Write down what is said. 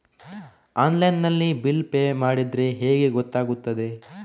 Online ನಲ್ಲಿ bill pay ಮಾಡಿದ್ರೆ ಹೇಗೆ ಗೊತ್ತಾಗುತ್ತದೆ?